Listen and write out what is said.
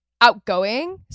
outgoing